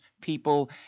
people